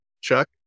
Chuck